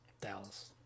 Dallas